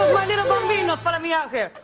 little bambino followed me out here.